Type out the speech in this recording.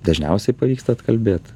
dažniausiai pavyksta atkalbėt